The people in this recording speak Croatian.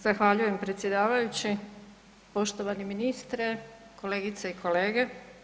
Zahvaljujem predsjedavajući, poštovani ministre, kolegice i kolege.